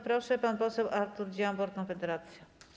Proszę, pan poseł Artur Dziambor, Konfederacja.